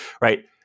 right